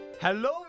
Hello